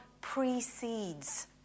precedes